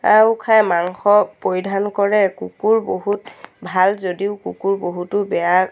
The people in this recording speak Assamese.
আও খাই মাংস পৰিধান কৰে কুকুৰ বহুত ভাল যদিও কুকুৰ বহুতো বেয়া